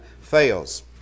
fails